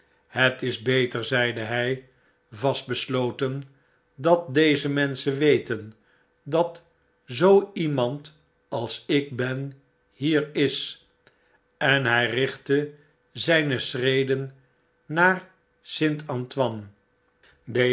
het is beter zeide hij vast besloten dat deze menschen weten dat zoo iemand als ik ben hier is en hij richtte zijne schreden naar st a